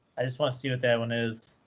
i just want to see what that one is.